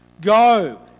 Go